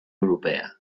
europea